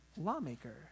lawmaker